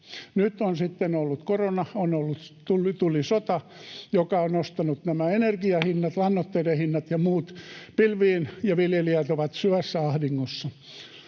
Nyt on sitten ollut korona, ja nyt tuli sota, joka on nostanut nämä energiahinnat, lannoitteiden hinnat ja muut pilviin, ja viljelijät ovat syvässä ahdingossa.